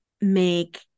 make